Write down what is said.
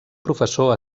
professor